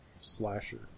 slasher